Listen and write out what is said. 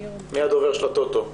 מי הדובר של הטוטו?